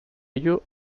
ello